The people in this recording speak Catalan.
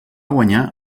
guanyar